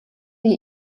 die